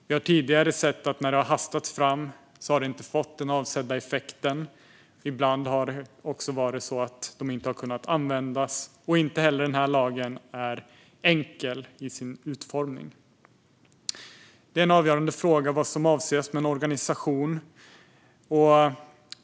Vi har tidigare sett att när lagar har hastats fram har de inte fått den avsedda effekten, och ibland har de inte kunnat användas. Inte heller denna lag är enkel i sin utformning. Det är en avgörande fråga vad som avses med en organisation.